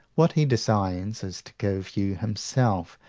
what he designs is to give you himself,